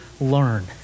learn